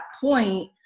point